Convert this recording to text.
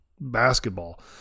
basketball